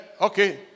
okay